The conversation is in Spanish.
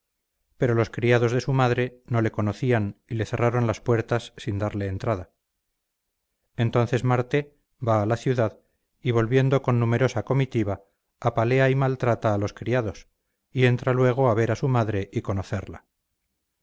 pero los criados de su madre no le conocían y le cerraron las puertas sin darle entrada entonces marte va a la ciudad y volviendo con numerosa comitiva apalea y maltrata a los criados y entra luego a ver a su madre y conocerla